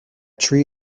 tree